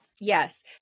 Yes